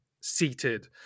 seated